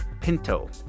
Pinto